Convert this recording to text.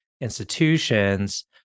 institutions